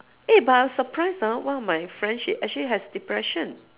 eh but I'm surprised ah one of my friends she actually has depression